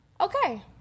Okay